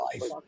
life